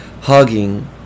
hugging